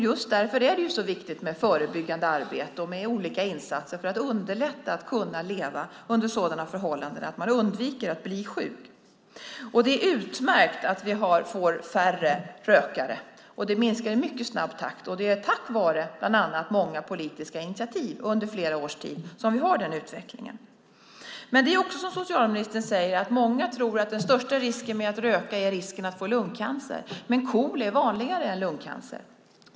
Just därför är det så viktigt med förebyggande arbete och olika insatser för att underlätta för människor att leva under sådana förhållanden att man undviker att bli sjuk. Det är utmärkt att vi får färre rökare. Antalet minskar i mycket snabb takt, och det är tack vare många politiska initiativ under flera års tid som vi har den utvecklingen. Som socialministern säger tror många att den största risken med att röka är risken att få lungcancer, men KOL är vanligare än lungcancer.